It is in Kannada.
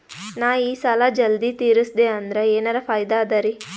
ನಾ ಈ ಸಾಲಾ ಜಲ್ದಿ ತಿರಸ್ದೆ ಅಂದ್ರ ಎನರ ಫಾಯಿದಾ ಅದರಿ?